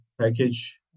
package